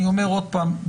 אני אומר שוב שבעיניי,